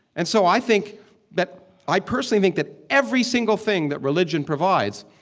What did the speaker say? and so i think that i personally think that every single thing that religion provides,